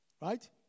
Right